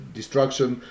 destruction